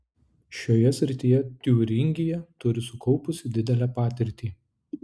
šioje srityje tiūringija turi sukaupusi didelę patirtį